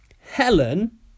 Helen